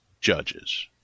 judges